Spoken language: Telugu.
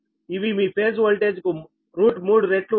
ఇవి మీ ఫేజ్ ఓల్టేజ్ కు 3రెట్లు ఉంటాయి